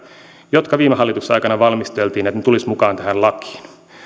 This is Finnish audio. jotka viime hallituksen aikana valmisteltiin tulisivat mukaan tähän lakiin